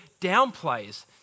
downplays